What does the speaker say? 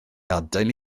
adael